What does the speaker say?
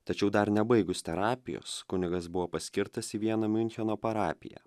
tačiau dar nebaigus terapijos kunigas buvo paskirtas į vieną miuncheno parapiją